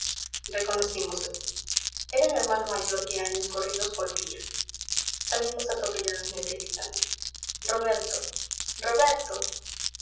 casa reconocímoslc era el hermano mayor qué año corridos volvía salimos atropelladamente gritando roberto roberto